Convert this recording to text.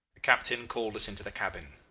the captain called us into the cabin.